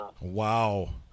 Wow